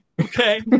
okay